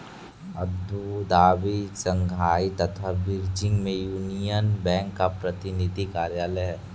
Abu Dhabi, Shanghai तथा Beijing में Union Bank का प्रतिनिधि कार्यालय है?